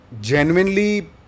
genuinely